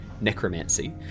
necromancy